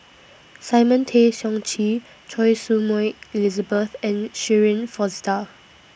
Simon Tay Seong Chee Choy Su Moi Elizabeth and Shirin Fozdar